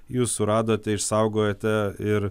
jūs suradote išsaugojote ir